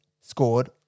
scored